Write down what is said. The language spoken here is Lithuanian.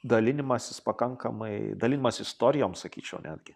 dalinimasis pakankamai dalinimas istorijom sakyčiau netgi